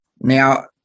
now